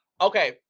Okay